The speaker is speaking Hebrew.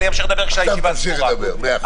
(הישיבה נפסקה בשעה 10:57 ונתחדשה בשעה 11:28.)